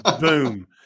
Boom